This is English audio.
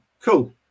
cool